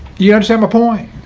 you understand my point?